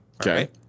Okay